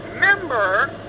member